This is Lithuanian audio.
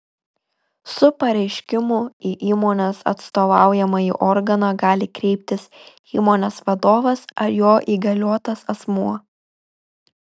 su pareiškimu į įmonės atstovaujamąjį organą gali kreiptis įmonės vadovas ar jo įgaliotas asmuo